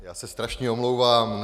Já se strašně omlouvám.